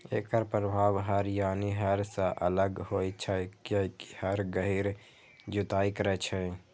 एकर प्रभाव हर यानी हल सं अलग होइ छै, कियैकि हर गहींर जुताइ करै छै